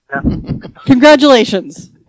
Congratulations